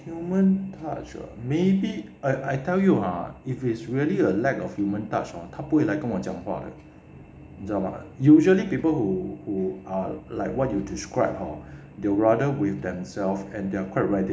human touch ah maybe I I tell you ah if it's really a lack of human touch hor 他不会来跟我来讲话的你知道吗 usually people who who are like what you described ah they would rather be with themselves and they are quite